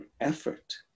effort